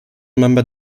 member